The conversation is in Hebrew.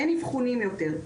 אין אבחונים יותר,